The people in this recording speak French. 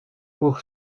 pour